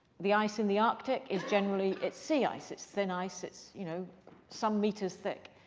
the ice in the arctic is generally it's sea ice. it's thin ice. it's you know some meters thick.